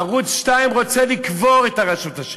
ערוץ 2 רוצה לקבור את רשות השידור.